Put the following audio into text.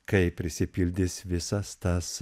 kai prisipildys visas tas